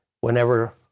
Whenever